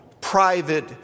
private